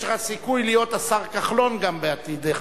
יש לך סיכוי להיות השר כחלון גם בעתיד,